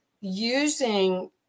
using